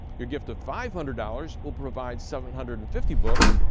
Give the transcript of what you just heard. your gift of five hundred dollars, will provide seven hundred and fifty books.